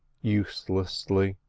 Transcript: uselessly,